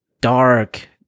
dark